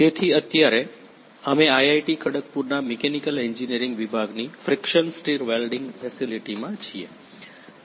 તેથી અત્યારે અમે આઈઆઈટી ખડગપુરના મિકેનિકલ એન્જિનિયરિંગ વિભાગની ફ્રિકશન સ્ટિર વેલ્ડિંગ ફેસીલીટી માં છીએ